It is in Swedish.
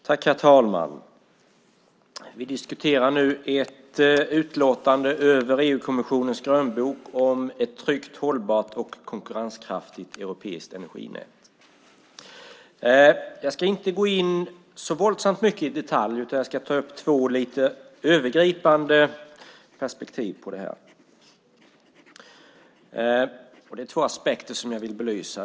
Herr talman! Vi diskuterar nu ett utlåtande över EU-kommissionens grönbok om ett tryggt, hållbart och konkurrenskraftigt europeiskt energinät. Jag ska inte gå in så våldsamt mycket i detalj, utan jag ska ta upp ett par lite övergripande perspektiv på detta. Det är två aspekter som jag vill belysa.